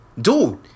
dude